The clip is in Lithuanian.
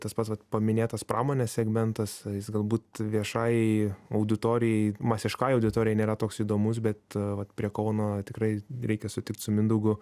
tas pats paminėtas pramonės segmentas jis galbūt viešajai auditorijai masiškajai auditorijai nėra toks įdomus bet a vat prie kauno tikrai reikia sutikt su mindaugu